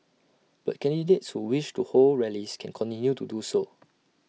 but candidates who wish to hold rallies can continue to do so